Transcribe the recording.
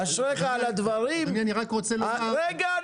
אשריך על הדברים --- אני רוצה לומר --- רגע,